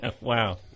Wow